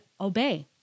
obey